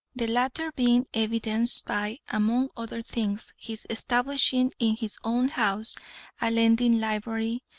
the latter being evidenced by, among other things, his establishing in his own house a lending library,